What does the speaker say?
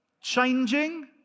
changing